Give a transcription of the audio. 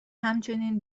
همچنین